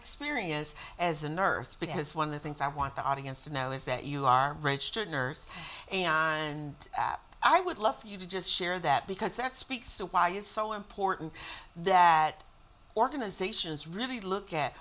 experience as a nurse because one of the things i want the audience to know is that you are registered nurse and i would love for you to just share that because that speaks to why it's so important that organizations really look at